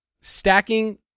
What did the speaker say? stacking